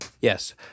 Yes